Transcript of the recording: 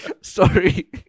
Sorry